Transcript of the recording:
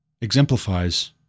exemplifies